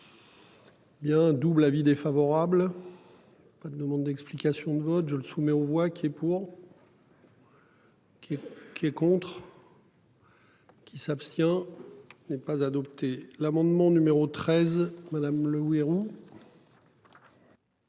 Bien double avis défavorable. Pas de demande d'explications de vote, je le soumets aux voix qui est pour. Qui est qui et contre. Qui s'abstient. N'est pas adopté l'amendement numéro 13 madame Le Houerou.